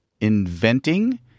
inventing